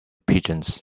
pigeons